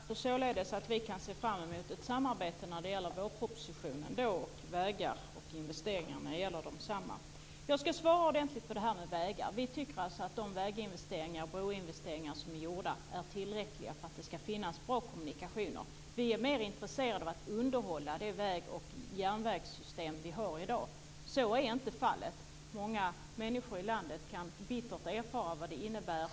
Fru talman! Det innebär således att vi kan se fram emot ett samarbete i vårpropositionen när det gäller vägar och investeringar. Jag skall svara ordentligt på frågan om vägar. Vi tycker att de väginvesteringar och broinvesteringar som är gjorda är tillräckliga för att det skall finnas bra kommunikationer. Vi är mer intresserade av att underhålla det väg och järnvägssystem vi har i dag. Så är inte fallet. Många människor i landet kan bittert erfara vad det innebär.